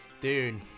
Dude